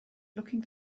looking